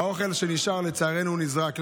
והאוכל שנשאר, לצערנו, נזרק.